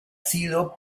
sido